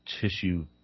tissue